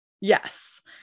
Yes